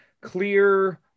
clear